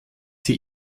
sie